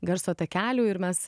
garso takelių ir mes